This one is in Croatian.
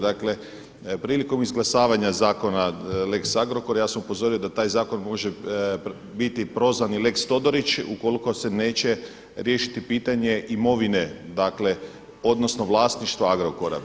Dakle, prilikom izglasavanja zakona lex Agrokor ja sam upozorio da taj zakon može biti prozvan i lex Todorić ukoliko se neće riješiti pitanje imovine, dakle odnosno vlasništva Agrokora.